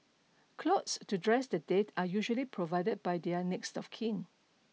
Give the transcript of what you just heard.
clothes to dress the dead are usually provided by their next of kin